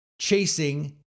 chasing